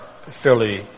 fairly